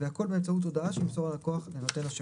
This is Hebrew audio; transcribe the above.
והכול באמצעות הודעה שימסור הלקוח לנותן השירות.